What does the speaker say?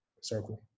circle